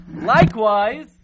likewise